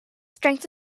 strength